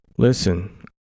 Listen